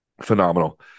Phenomenal